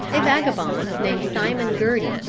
a vagabond named simon gerty,